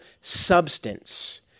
substance